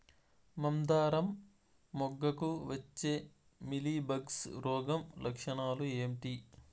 మందారం మొగ్గకు వచ్చే మీలీ బగ్స్ రోగం లక్షణాలు ఏంటి?